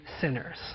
sinners